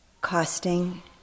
Costing